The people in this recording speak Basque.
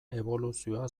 eboluzioa